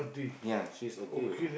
ya she is okay with her